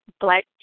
Black